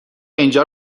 اینجا